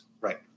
Right